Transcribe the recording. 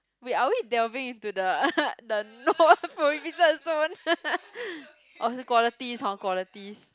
wait are we delving into the the non prohibited zone orh is the qualities hor qualities